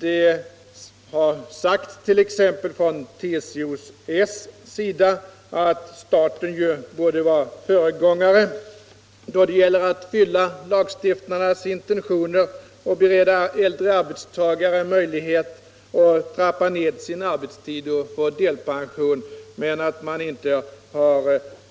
Det har sagts t.ex. från TCO-S:s sida att staten borde vara föregångare då det gäller att fullfölja lagstiftarnas intentioner och bereda äldre arbetstagare möjlighet att trappa ner sin arbetstid och få delpension men att man inte